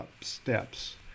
steps